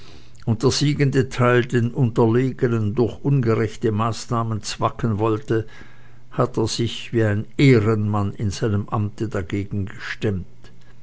und der siegende teil den unterlegenen durch ungerechte maßregeln zwacken wollte hat er sich wie ein ehrenmann in seinem amte dagegen gestemmt